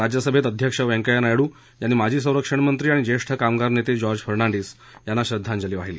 राज्यसभेत अध्यक्ष वैंकय्या नायडू यांनी माजी संरक्षणमंत्री आणि ज्येष्ठ कामगार नेते जार्ज फर्नांडीस यांनी श्रद्धांजली वाहिली